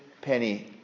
penny